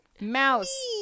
Mouse